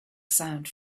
sound